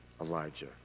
Elijah